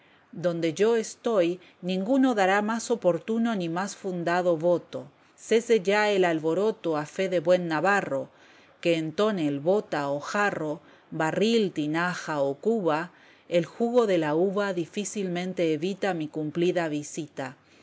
donde yo estoy ninguno dará más oportuno ni más fundado voto cese ya el alboroto a fe de buen navarro que en tonel bota o jarro barril tinaja o cuba el jugo de la uva difícilmente evita mi cumplida visita